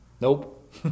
nope